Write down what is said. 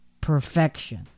perfection